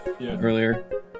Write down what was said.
earlier